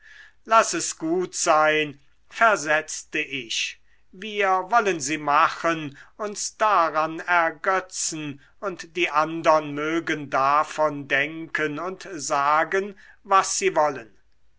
laß es gut sein versetzte ich wir wollen sie machen uns daran ergötzen und die andern mögen davon denken und sagen was sie wollen